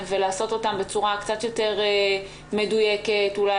ולעשות אותם בצורה קצת יותר מדויקת אולי,